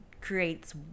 creates